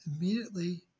immediately